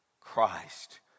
Christ